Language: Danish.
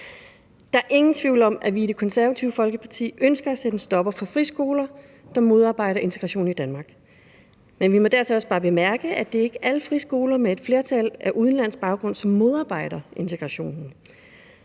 Der er ingen tvivl om, at vi i Det Konservative Folkeparti ønsker at sætte en stopper for friskoler, der modarbejder integration i Danmark, men vi må dertil også bare bemærke, at det ikke er alle friskoler med et flertal af elever med udenlandsk baggrund, som modarbejder integrationen,